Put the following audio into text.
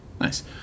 Nice